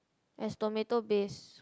as tomato base